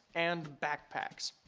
and backpacks.